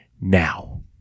Now